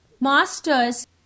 masters